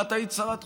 ואת היית שרת חוץ,